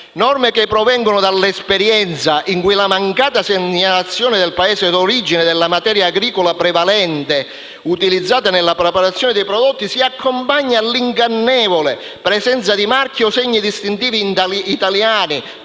norme che provengono dall'esperienza, perché spesso alla mancata segnalazione del Paese d'origine della materia agricola prevalente utilizzata nella preparazione dei prodotti si accompagna l'ingannevole presenza di marchi o segni distintivi italiani